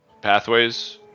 pathways